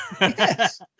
Yes